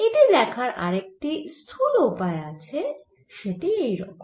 এটি দেখার আরেকটি স্থূল উপায় ও আছে সেটি এই রকম